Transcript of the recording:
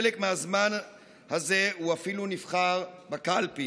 חלק מהזמן הזה הוא אפילו נבחר בקלפי.